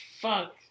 fuck